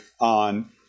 on